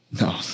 No